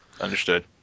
Understood